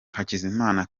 hakizimana